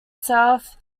south